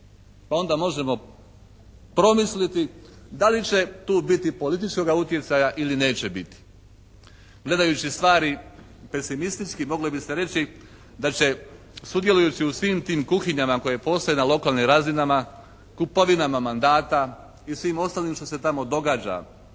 pa onda možemo promisliti da li će tu biti političkoga utjecaja ili neće biti. Gledajući stvari pesimistički mogli biste reći da će sudjelujući u svim kuhinjama koje postoje na lokalnim razinama, kupovinama mandata i svim ostalim što se tamo događa